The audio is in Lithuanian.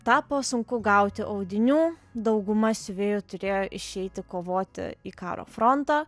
tapo sunku gauti audinių dauguma siuvėjų turėjo išeiti kovoti į karo frontą